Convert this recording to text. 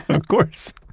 of course